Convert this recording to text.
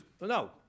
No